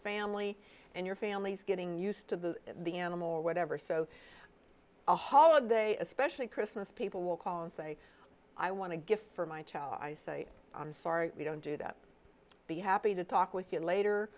family and your family's getting used to the the animal or whatever so a holiday especially christmas people will call and say i want to gift for my child i say i'm sorry we don't do that be happy to talk with you later